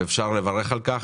ואפשר לברך על כך,